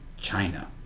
China